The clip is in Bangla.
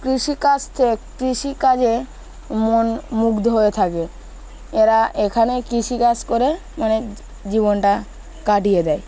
কৃষিকাজ থেকে কৃষিকাজে মন মুগ্ধ হয়ে থাকে এরা এখানে কৃষিকাজ করে মানে জীবনটা কাটিয়ে দেয়